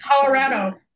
Colorado